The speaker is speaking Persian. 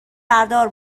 بردار